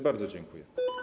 Bardzo dziękuję.